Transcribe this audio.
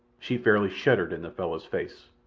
she fairly shuddered in the fellow's face.